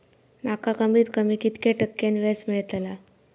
माका कमीत कमी कितक्या टक्क्यान व्याज मेलतला?